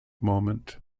moment